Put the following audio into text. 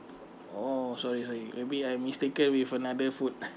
oh sorry sorry maybe I mistaken with another food